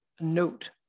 note